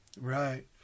Right